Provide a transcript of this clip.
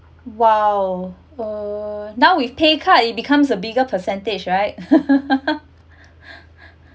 !wow! uh now we pay card it becomes a bigger percentage right